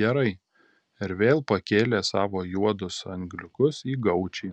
gerai ir vėl pakėlė savo juodus angliukus į gaučį